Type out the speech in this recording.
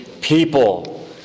People